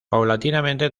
paulatinamente